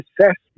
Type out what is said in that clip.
assessment